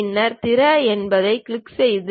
பின்னர் திற என்பதைக் கிளிக் செய்க